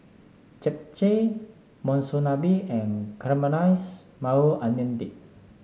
Japchae Monsunabe and Caramelize Maui Onion Dip